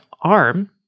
ARM